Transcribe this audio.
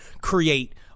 create